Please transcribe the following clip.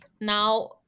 Now